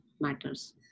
matters